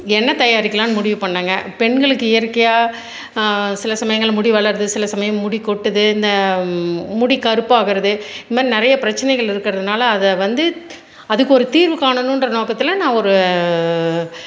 எண்ணெய் தயாரிக்கலாம்னு முடிவு பண்ணேங்க பெண்களுக்கு இயற்கையாக சில சமயங்கள் முடி வளருது சில சமயம் முடி கொட்டுது இந்த முடி கருப்பாகிறது இந்தமாதிரி நிறைய பிரச்சனைகள் இருக்கிறதுனால அதை வந்து அதுக்கு ஒரு தீர்வு காணணுன்ற நோக்கத்தில் நான் ஒரு